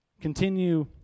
Continue